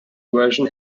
version